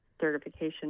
certification